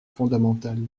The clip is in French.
fondamental